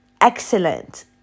excellent